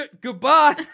goodbye